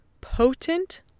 potent